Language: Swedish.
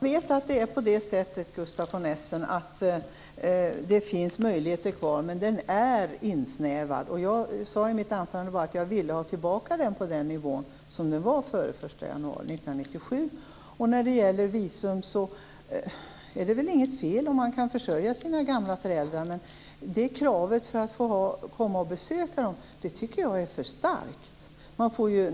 Fru talman! Jag vet att det finns möjligheter kvar, Gustaf von Essen, men de är snävare. Jag sade i mitt anförande att jag ville ha tillbaka möjligheterna på den nivå de var den 1 januari 1997. Det är väl inget fel om man kan försörja sina gamla föräldrar, men att det skall vara ett krav för att ta emot besök av dem är för hårt.